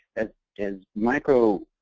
and as micro